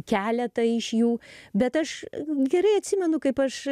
keletą iš jų bet aš gerai atsimenu kaip aš